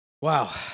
Wow